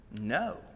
No